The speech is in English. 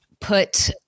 put